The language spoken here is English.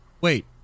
wait